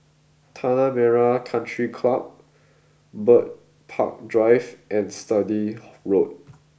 Tanah Merah Country Club Bird Park Drive and Sturdee Road